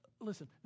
Listen